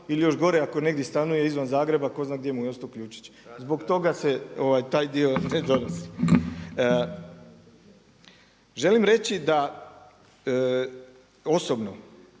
ili još gore ako negdje stanuje izvan Zagreba, tko zna gdje mu je ostao ključić, zbog toga se taj dio …/Govornik se ne